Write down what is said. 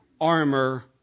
armor